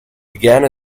began